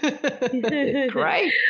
Great